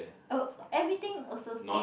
oh everything also scared